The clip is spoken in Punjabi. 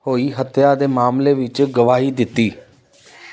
ਹੋਈ ਹੱਤਿਆ ਦੇ ਮਾਮਲੇ ਵਿੱਚ ਗਵਾਹੀ ਦਿੱਤੀ